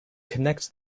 connects